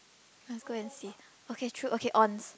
let's go and see okay true okay on